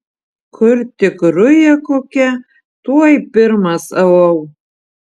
kur tik ruja kokia tuoj pirmas au au